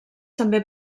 també